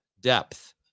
depth